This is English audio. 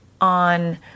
on